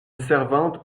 servante